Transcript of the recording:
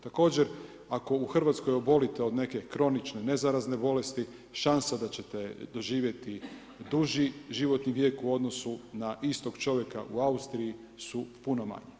Također, ako u Hrvatskoj obolite od neke kronične nezarazne bolesti šansa da ćete doživjeti duži životni vijek u odnosu na istog čovjeka u Austriji su puno manje.